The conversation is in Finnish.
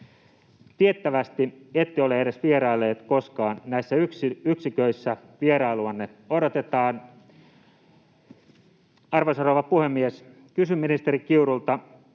Tiettävästi ette ole edes vieraillut koskaan näissä yksiköissä. Vierailuanne odotetaan. Arvoisa rouva puhemies! Kysyn ministeri Kiurulta: